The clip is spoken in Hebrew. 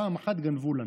פעם אחת גנבו לנו.